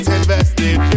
invested